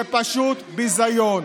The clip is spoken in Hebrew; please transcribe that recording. זה פשוט ביזיון.